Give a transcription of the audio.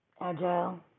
Agile